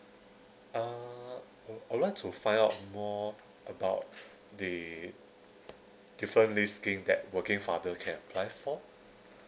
uh oh I would like to find out more about the different leave scheme that working father can apply for